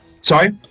sorry